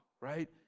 right